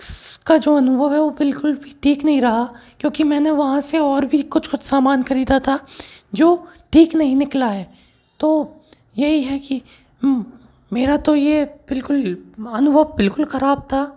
इसका जो अनुभव है वो बिल्कुल भी ठीक नहीं रहा क्योंकि मैंने वहाँ से ओर वी कुछ कुछ सामान खरीदा था जो ठीक नही निकला है तो यही है कि मेरा तो ये बिल्कुल अनुभव बिल्कुल खराब था